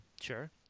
Sure